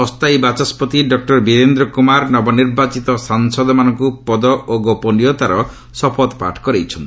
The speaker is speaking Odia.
ଅସ୍ଥାୟୀ ବାଚସ୍କତି ଡକ୍କର ବିରେନ୍ଦ୍ର କୁମାର ନବ ନିର୍ବାଚିତ ସାଂସଦମାନଙ୍କୁ ପଦ ଓ ଗୋପନୀୟତାର ଶପଥପାଠ କରାଇଛନ୍ତି